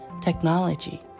technology